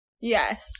Yes